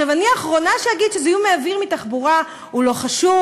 אני האחרונה שאגיד שזיהום האוויר מתחבורה לא חשוב,